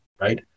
right